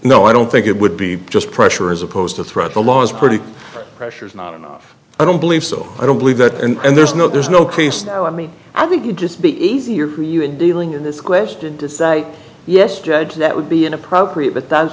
no i don't think it would be just pressure as opposed to threat the law is pretty pressure is not enough i don't believe so i don't believe that and there's no there's no case no i mean i think you'd just be easier for you in dealing in this question to say yes judge that would be inappropriate but th